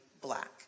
black